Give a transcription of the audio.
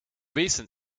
recent